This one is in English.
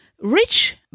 rich